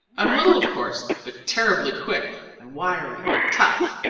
i'm little of course, but terribly quick and wiry and tough.